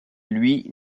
louis